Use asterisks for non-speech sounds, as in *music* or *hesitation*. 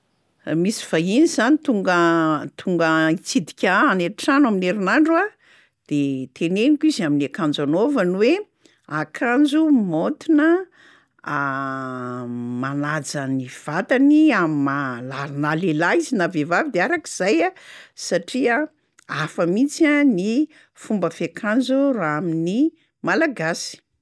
Misy vahiny zany tonga- tonga hitsidika ahy any an-trano amin'ny herinandro a, de teneniko izy amin'ny akanjo anaovany hoe: akanjo maontina *hesitation* manaja ny vatany amin'ny maha la- na lehilahy izy na vehivavy de arak'izay a, satria hafa mihitsy ny fomba fiakanjo raha amin'ny malagasy.